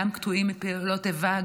גם קטועים מפעולות איבה,